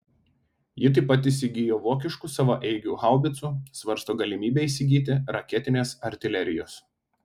ji taip pat įsigijo vokiškų savaeigių haubicų svarsto galimybę įsigyti raketinės artilerijos